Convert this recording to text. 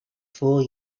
four